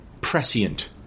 prescient